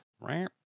right